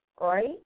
right